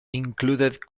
included